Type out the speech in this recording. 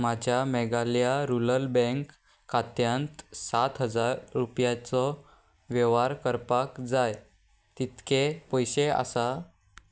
म्हाज्या Meghalaya rural bank खात्यांत सात हजार रुपयांचो वेव्हार करपाक जाय तितके पयशे आसा